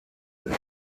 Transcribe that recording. and